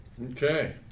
Okay